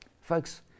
Folks